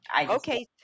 Okay